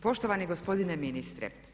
Poštovani gospodine ministre.